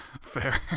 Fair